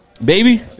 Baby